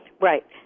Right